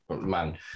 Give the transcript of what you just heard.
man